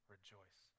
Rejoice